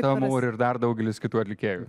įdomu ar ir dar daugelis kitų atlikėjų